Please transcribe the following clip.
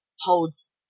holds